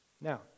Now